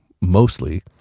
mostly